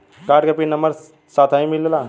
Card के pin number number साथही मिला?